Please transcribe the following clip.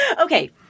Okay